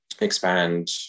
expand